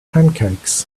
pancakes